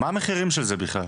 מה המחירים של זה בכלל?